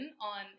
on